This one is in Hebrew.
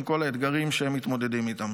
עם כל האתגרים שהן מתמודדות איתם.